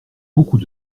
beaucoup